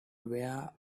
where